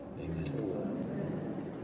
amen